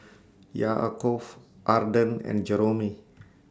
Yaakov Arden and Jeromy